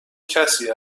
کسی